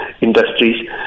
industries